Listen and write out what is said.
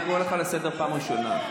אני קורא אותך לסדר פעם ראשונה.